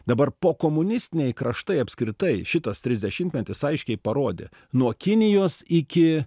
dabar pokomunistiniai kraštai apskritai šitas trisdešimtmetis aiškiai parodė nuo kinijos iki